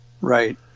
right